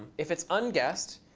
if it's unguessed,